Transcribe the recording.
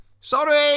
sorry